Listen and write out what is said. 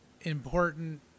important